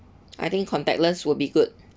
I think contactless would be good